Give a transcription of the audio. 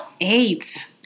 Eight